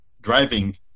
driving